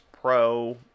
pro